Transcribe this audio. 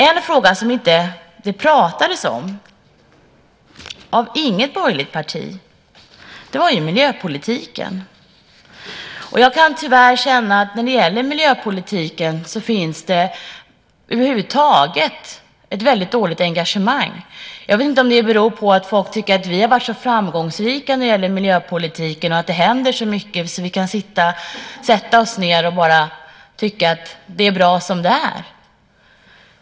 En fråga som inte togs upp av något borgerligt parti var miljöpolitiken. Jag kan tyvärr känna att när det gäller miljöpolitiken finns det över huvud taget ett väldigt dåligt engagemang. Jag vet inte om det beror på att folk tycker att vi har varit så framgångsrika när det gäller miljöpolitiken och att det händer så mycket att vi kan sätta oss ned och bara tycka att det är bra som det är.